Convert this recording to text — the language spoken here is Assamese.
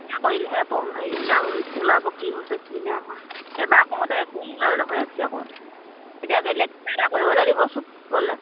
পৰীক্ষা কৰিলেহে হেৰিবিলাক ওলাব কি হৈছে কি নাই হোৱা এবাৰ কৰোঁতে একো নোলালে দেখোন এক্সৰে কওতে এতিয়া বেলেগ এটা কৰিবলৈ দিবচোন গ'লে